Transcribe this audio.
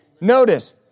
Notice